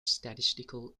statistical